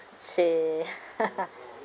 !chey!